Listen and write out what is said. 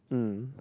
mm